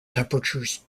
temperatures